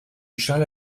charles